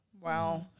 Wow